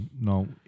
no